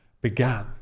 began